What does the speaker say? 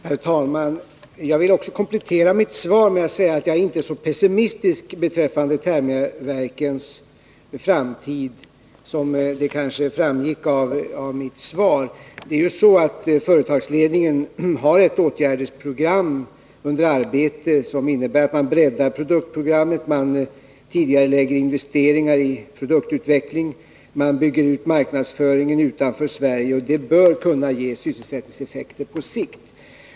Herr talman! Jag vill också komplettera mitt svar med att säga att jag inte är så pessimistisk beträffande Thermia-Verkens framtid som det kanske verkade av mitt svar. Företagsledningen har ett åtgärdsprogram under arbete som innebär att man breddar produktprogrammet, man tidigarelägger investeringar i produktutveckling och man bygger ut marknadsföringen utanför Sverige. Det bör kunna ge sysselsättningseffekter på sikt.